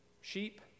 sheep